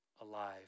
alive